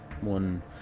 one